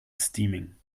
steaming